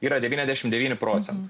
yra devyniasdešim devyni procentai